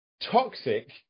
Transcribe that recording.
toxic